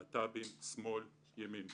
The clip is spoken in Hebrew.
להטבי"ם, שמאל, ימין.